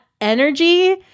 energy